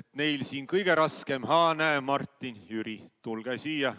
et neil on siin kõige raskem. Ahaa, näe, Martin ja Jüri, tulge siia!